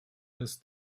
ist